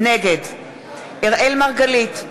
נגד אראל מרגלית,